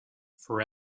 for